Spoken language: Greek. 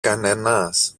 κανένας